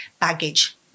baggage